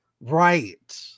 Right